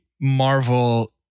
marvel